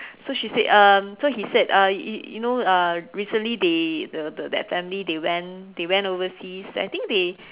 so she said um so he said uh you you know uh recently they the that family they went they went overseas I think they